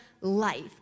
life